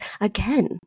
again